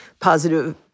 positive